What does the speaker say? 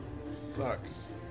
Sucks